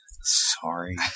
Sorry